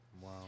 wow